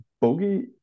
bogey